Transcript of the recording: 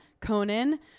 Conan